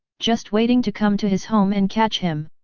just waiting to come to his home and catch him.